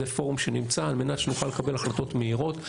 זה פורום שנמצא על מנת שנוכל לקבל החלטות מהירות.